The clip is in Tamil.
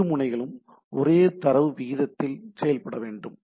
இரு முனைகளும் ஒரே தரவு விகிதத்தில் செயல்பட வேண்டும்